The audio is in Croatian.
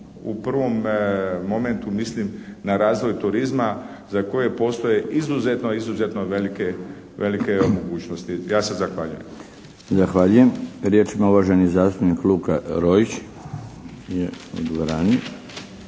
U prvom momentu mislim na razvoj turizma za koje postoje izuzetno, izuzetno velike mogućnosti. Ja se zahvaljujem.